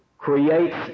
creates